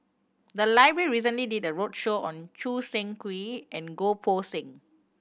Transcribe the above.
the library recently did a roadshow on Choo Seng Quee and Goh Poh Seng